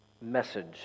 message